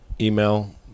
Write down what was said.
email